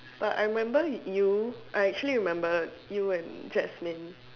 but I remember you I actually remember you and Jasmine